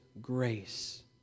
grace